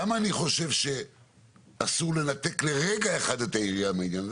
למה אני חושב שאסור לנתק לרגע אחד את העירייה מהעניין הזה?